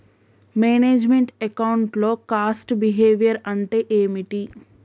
Manage meant account లో cost behaviour అంటే ఏమిటి?